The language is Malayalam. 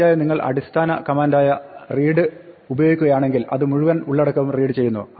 തീർച്ചയായും നിങ്ങൾ അടിസ്ഥാന കമാന്റായ read ഉപയോഗിക്കുകയാണെങ്കിൽ അത് മുഴുവൻ ഉള്ളടക്കവും റീഡ് ചെയ്യുന്നു